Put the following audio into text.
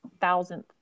thousandth